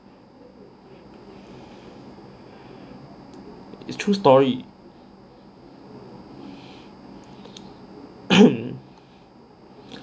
it's true story